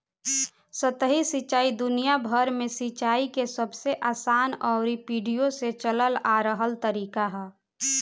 सतही सिंचाई दुनियाभर में सिंचाई के सबसे आसान अउरी पीढ़ियो से चलल आ रहल तरीका ह